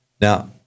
Now